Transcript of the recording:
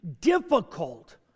difficult